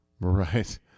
Right